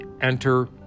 enter